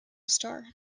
star